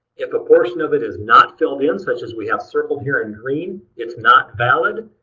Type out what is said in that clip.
if a portion of it is not filled in such as we have circled here in green, it's not valid,